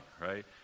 right